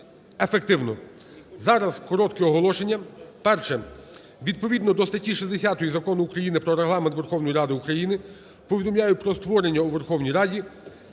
ефективно. Зараз коротке оголошення. Перше. Відповідно до статті 60 Закону України "Про Регламент Верховної Ради України" повідомляю про створення у Верховній Раді